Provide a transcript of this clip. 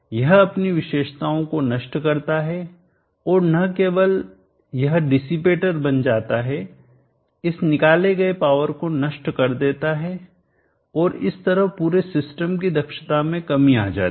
यह अपनी विशेषताओं को नष्ट करता है और न केवल यह डिसिपेटर बन जाता है इस निकाले गए पावर को नष्ट कर देता है और इस तरह पूरे सिस्टम की दक्षता में कमी आती है